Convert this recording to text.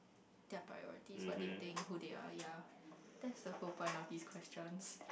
their priorities what they think who they are yeah that's the whole point of these questions